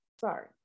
sorry